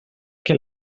que